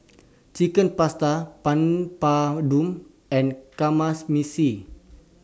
Chicken Pasta Papadum and